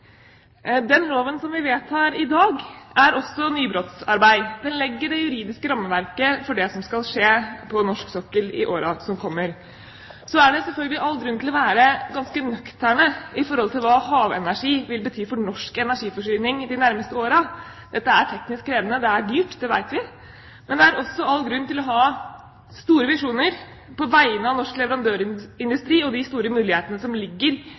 Den loven vi vedtar i dag, er også nybrottsarbeid. Den legger det juridiske rammeverket for det som skal skje på norsk sokkel i årene som kommer. Så er det selvfølgelig all grunn til å være ganske nøktern når det gjelder hva havenergi vil bety for norsk energiforsyning de nærmeste årene. Dette er teknisk krevende. Det er dyrt, det vet vi. Men det er også all grunn til å ha store visjoner på vegne av norsk leverandørindustri og de store mulighetene som ligger